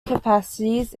capacities